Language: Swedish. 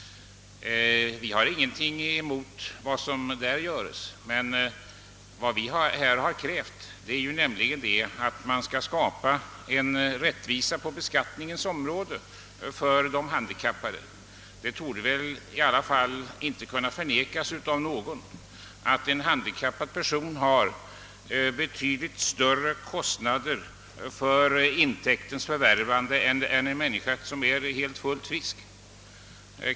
Vi har ingenting emot vad som görs på detta område, men vi har krävt att det också skapas skatterättvisa för de handikappade. Det torde i alla fall inte kunna förnekas av någon att en handikappad person har betydligt större kostnader för intäktens förvärvande än en människa som är helt frisk.